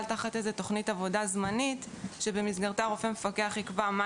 תחת תכנית עבודה זמנית שבמסגרתה הרופא המפקח יקבע מה